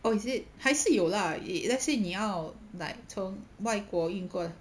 oh is it 还是有 lah eh lets say 你要 like 从外国运过来